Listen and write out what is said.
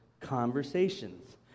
conversations